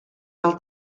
del